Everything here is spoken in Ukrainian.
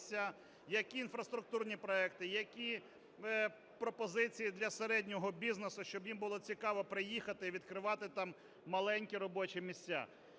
які інфраструктурні проекти, які пропозиції для середнього бізнесу, щоб їм було цікаво приїхати і відкривати там маленькі робочі місця.